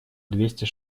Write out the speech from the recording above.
двести